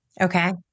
Okay